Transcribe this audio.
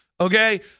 Okay